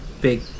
big